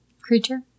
creature